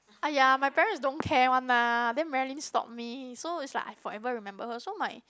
!aiya! my parents don't care one lah then Marilyn stop me so is like I forever remember her so my